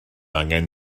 angen